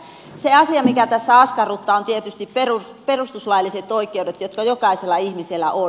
se asia mikä tässä askarruttaa on tietysti perustuslailliset oikeudet jotka jokaisella ihmisellä on